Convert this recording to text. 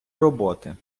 роботи